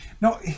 No